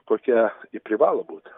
kokia ji privalo būt